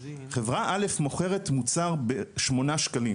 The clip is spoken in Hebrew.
חברה א' מוכרת מוצר ב-8 שקלים.